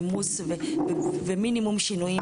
אימוץ ומינימום שינוי,